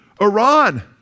Iran